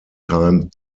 time